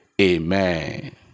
amen